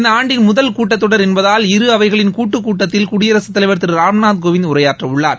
இந்த ஆண்டின் முதல் கூட்டத்தொடர் என்பதால் இரு அவைகளின் கூட்டுக்கூட்டத்தில் குடியரசுத் தலைவர் திரு ராம்நாத் கோவிந்த் உரையாற்ற உள்ளார்